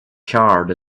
charred